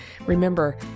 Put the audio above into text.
Remember